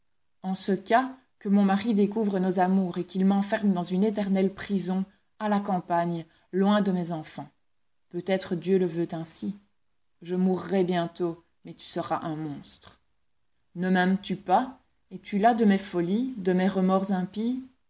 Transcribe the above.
en ce cas que mon mari découvre nos amours et qu'il m'enferme dans une éternelle prison à la campagne loin de mes enfants peut-être dieu le veut ainsi je mourrai bientôt mais tu seras un monstre ne m'aimes-tu pas es-tu las de mes folies de mes remords impie